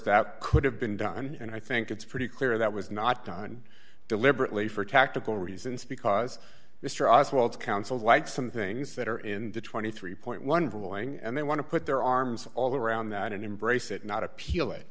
that could have been done and i think it's pretty clear that was not done deliberately for tactical reasons because mr oswald counseled like some things that are in the twenty three point one ruling and they want to put their arms all around that and embrace it not appeal it